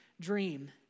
dream